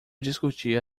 discutir